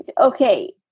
Okay